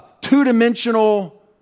two-dimensional